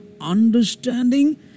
understanding